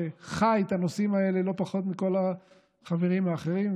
שחי את הנושאים האלה לא פחות מכל החברים האחרים,